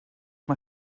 mae